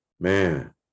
Man